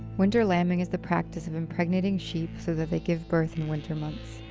winter lambing is the practice of impregnating sheep so that they give birth in winter months,